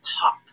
pop